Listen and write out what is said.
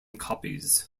copies